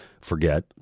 forget